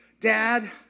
dad